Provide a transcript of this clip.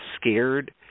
scared